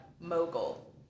mogul